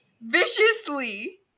viciously